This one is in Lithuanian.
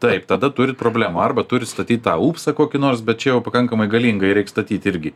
taip tada turit problemų arba turit statyt tą upstą kokį nors bet čia jau pakankamai galingą jį reik statyti irgi